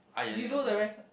you do the rest ah